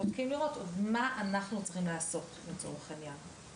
בודקים לראות מה אנחנו צריכים לעשות לצורך העניין,